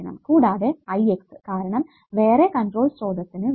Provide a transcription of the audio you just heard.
കൂടാതെ Ix കാരണം വേറെ കൺട്രോൾ സ്രോതസ്സിനു വേണ്ടത്